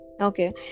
Okay